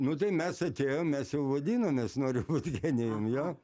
nu tai mes atėjom mes jau vadinomės noriu būt genijum jo